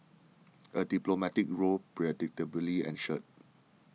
a diplomatic row predictably ensued